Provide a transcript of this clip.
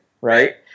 right